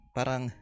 Parang